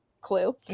clue